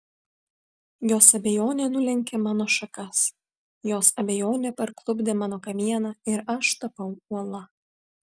jos abejonė nulenkė mano šakas jos abejonė parklupdė mano kamieną ir aš tapau uola